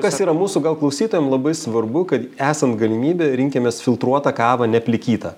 kas yra mūsų gal klausytojam labai svarbu kad esant galimybei rinkimės filtruotą kavą neplikytą